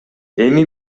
эми